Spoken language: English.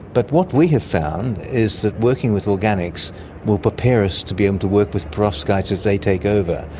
but what we have found is that working with organics will prepare us to be able um to work with perovskites as they take over.